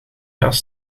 jas